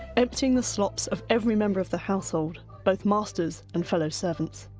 emptying the slops of every member of the household, both masters and fellow servants.